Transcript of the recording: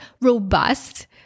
robust